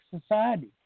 society